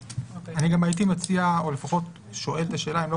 אני גם הייתי מציע או לפחות שואל את השאלה אם לא